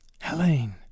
Helene